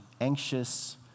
anxious